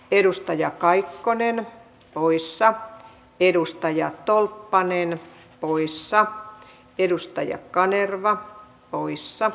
edustaja kaikkonen ruuissa edustajat tal banin oluissa edustaja kanerva puissa